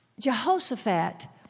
Jehoshaphat